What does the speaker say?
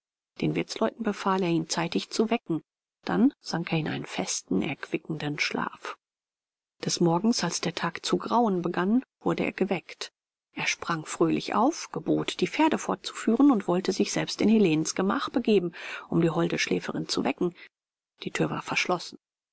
den wirtsleuten befahl er ihn zeitig zu wecken dann sank er in einen festen erquickenden schlaf des morgens als der tag zu grauen begann wurde er geweckt er sprang fröhlich auf gebot die pferde vorzuführen und wollte sich selbst in helenens gemach begeben um die holde schläferin zu wecken die thür war verschlossen